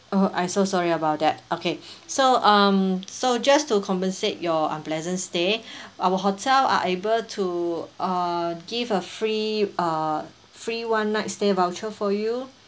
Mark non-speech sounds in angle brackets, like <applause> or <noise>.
oh I'm so sorry about that okay so um so just to compensate your unpleasant stay <breath> our hotel are able to uh give a free uh free one night stay voucher for you